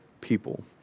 people